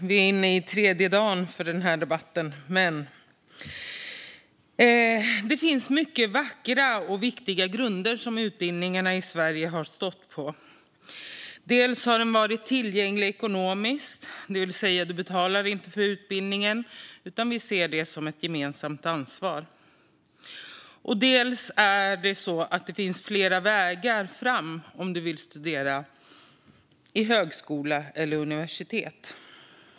Fru talman! Det finns mycket vackra och viktiga grunder som utbildningen i Sverige har stått på. Dels har den varit tillgänglig ekonomiskt, det vill säga du betalar inte för utbildningen. Vi ser den som ett gemensamt ansvar. Dels finns det flera vägar fram om du vill studera i högskola eller på universitet.